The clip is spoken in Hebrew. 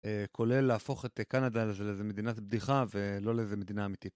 כולל להפוך את קנדה לאיזה מדינת בדיחה ולא לאיזה מדינה אמיתית.